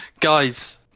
Guys